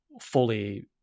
fully